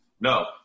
No